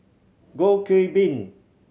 Goh Qiu Bin